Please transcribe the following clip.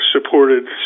supported